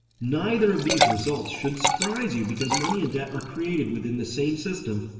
neither of these results should surprise you because money and debt are created within the same system,